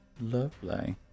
Lovely